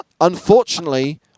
unfortunately